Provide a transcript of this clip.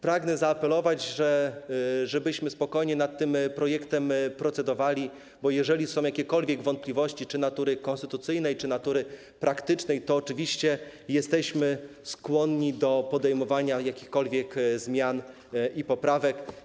Pragnę zaapelować, żebyśmy spokojnie nad tym projektem procedowali, bo jeżeli są jakiekolwiek wątpliwości czy natury konstytucyjnej, czy natury praktycznej, to oczywiście jesteśmy skłonni do przyjęcia jakichś zmian i poprawek.